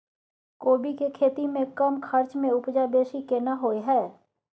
कोबी के खेती में कम खर्च में उपजा बेसी केना होय है?